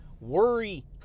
Worry